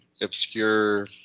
obscure